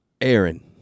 Aaron